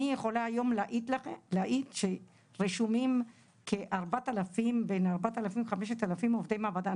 אני יכולה היום להעיד שרשומים בין 4,000 ל-5,000 עובדי מעבדה,